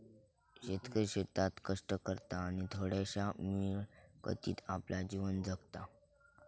शेतकरी शेतात कष्ट करता आणि थोड्याशा मिळकतीत आपला जीवन जगता